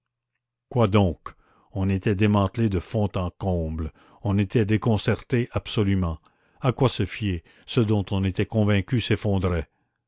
quoi donc on était démantelé de fond en comble on était déconcerté absolument à quoi se fier ce dont on était convaincu s'effondrait